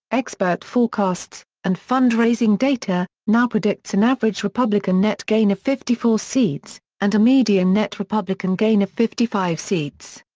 expert forecasts, and fund-raising data, now predicts an and average republican net gain of fifty four seats, and a median net republican gain of fifty five seats.